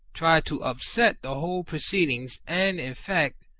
tried to upset the whole proceedings, and, in fact,